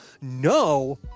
No